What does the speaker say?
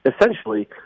essentially